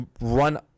run